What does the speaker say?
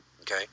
Okay